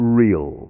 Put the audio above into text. real